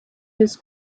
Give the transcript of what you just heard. his